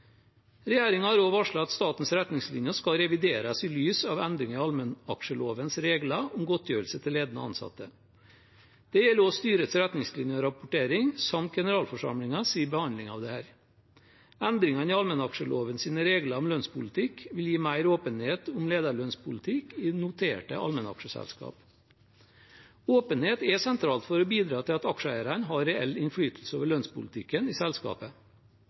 har også varslet at statens retningslinjer skal revideres i lys av endringer i allmennaksjelovens regler om godtgjørelse til ledende ansatte. Det gjelder også styrets retningslinjer og rapportering samt generalforsamlingens behandling av dette. Endringene i allmennaksjelovens regler om lønnspolitikk vil gi mer åpenhet om lederlønnspolitikk i noterte allmennaksjeselskaper. Åpenhet er sentralt for å bidra til at aksjeeierne har reell innflytelse over lønnspolitikken i selskapet.